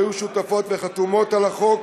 שהיו שותפות וחתומות על החוק,